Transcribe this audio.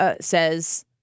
says